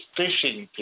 fishing